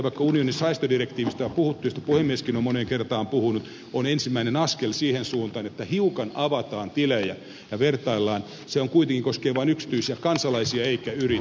vaikka unionin säästödirektiivistä on puhuttu puhemieskin on moneen kertaan siitä puhunut ja se on ensimmäinen askel siihen suuntaan että hiukan avataan tilejä ja vertaillaan se kuitenkin koskee vain yksityisiä kansalaisia eikä yrityksiä